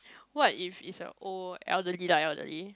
what if is a old elderly lah elderly